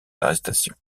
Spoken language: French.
arrestations